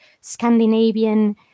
Scandinavian